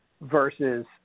versus